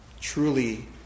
truly